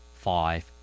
Five